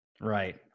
Right